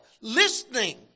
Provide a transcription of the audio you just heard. listening